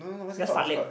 that's